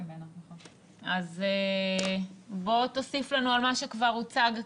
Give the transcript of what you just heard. בוא תוסיף לנו על מה שכבר הוצג כאן.